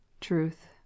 truth